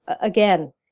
Again